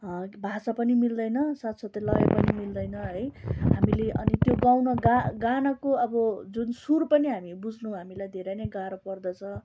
भाषा पनि मिल्दैन साथसाथै लय पनि मिल्दैन है हामीले अनि त्यो गाउन गा गानाको अब जुन सुर पनि हामी बुझ्नु हामीलाई धेरै नै गाह्रो पर्दछ